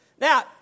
Now